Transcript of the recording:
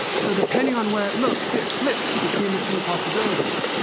so depending on where it looks, it flips between the two possibilities.